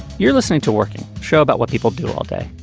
you're listening to working show about what people do all day.